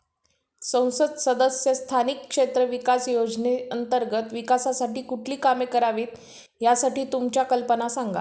संसद सदस्य स्थानिक क्षेत्र विकास योजने अंतर्गत विकासासाठी कुठली कामे करावीत, यासाठी तुमच्या कल्पना सांगा